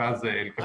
ואז להתקדם.